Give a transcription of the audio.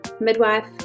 midwife